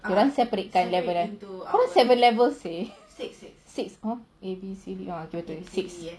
korang seven levels seh A B C D E F six okay